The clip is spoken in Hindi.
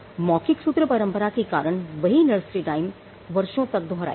मौखिक सूत्र परंपरा के कारण वही नर्सरी राइम वर्षों तक दोहराई गई